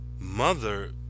mother